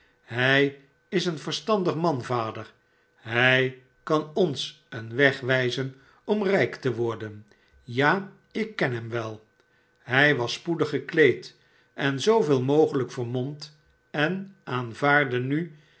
hij is een verstandig man vader hij kan ons een weg wijzen om rijk te worden ja ik ken hem wel hij was spoedig gekleed en zooveel mogelijk vermomd en aanvaardde nu